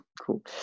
Cool